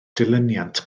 dilyniant